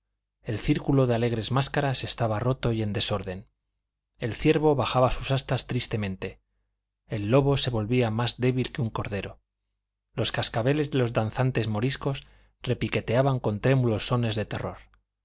el círculo de alegres máscaras estaba roto y en desorden el ciervo bajaba sus astas tristemente el lobo se volvía más débil que un cordero los cascabeles de los danzantes moriscos repiqueteaban con trémulos sones de terror